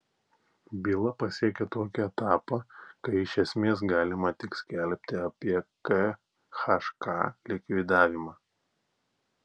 byla pasiekė tokį etapą kai iš esmės galima tik skelbti apie khk likvidavimą